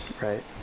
right